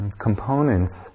components